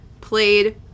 played